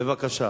בבקשה.